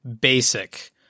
basic